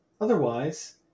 Otherwise